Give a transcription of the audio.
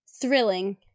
thrilling